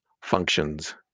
functions